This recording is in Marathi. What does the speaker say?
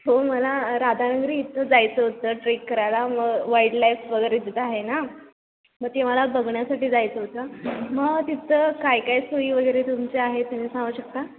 हो मला राधानगरी इथं जायचं होतं ट्रेक करायला मग वाईल्ड लाईफ वगैरे तिथं आहे ना मग ती मला बघण्यासाठी जायचं होतं मग तिथं काय काय सोई वगैरे तुमचे आहे तुम्ही सांगू शकता